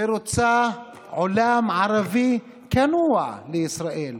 ורוצה עולם ערבי כנוע לישראל,